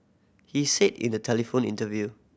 he said in a telephone interview